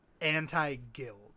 anti-guild